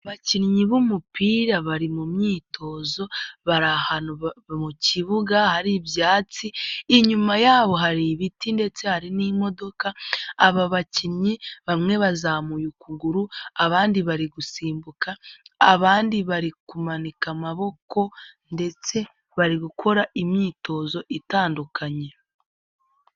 Abakinnyi b'umupira bari mu myitozo, bari ahantu mu kibuga hari ibyatsi, inyuma yabo hari ibiti ndetse hari n'imodoka, aba bakinnyi bamwe bazamuye ukuguru, abandi bari gusimbuka, abandi bari kumanika amaboko ndetse bari gukora imyitozo itandukanye.